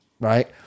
right